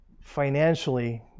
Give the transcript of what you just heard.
financially